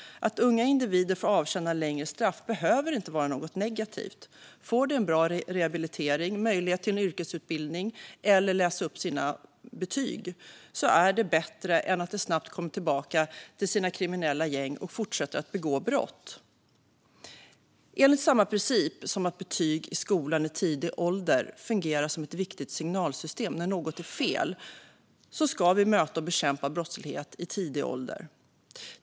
Att unga individer får avtjäna längre straff behöver inte vara något negativt. Om de får bra rehabilitering, möjlighet till en yrkesutbildning eller att läsa upp sina betyg är det bättre än att de snabbt kommer tillbaka till sina kriminella gäng och fortsätter att begå brott. Enligt samma princip som att betyg i skolan i tidig ålder fungerar som ett viktigt signalsystem när något är fel ska vi möta och bekämpa brottslighet i tidig ålder.